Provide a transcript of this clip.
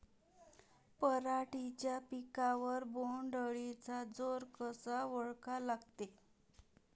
पराटीच्या पिकावर बोण्ड अळीचा जोर कसा ओळखा लागते?